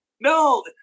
No